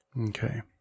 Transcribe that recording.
okay